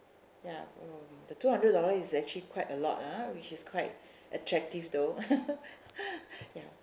ya um the two hundred dollar is actually quite a lot ah which is quite attractive though ya